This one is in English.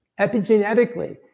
Epigenetically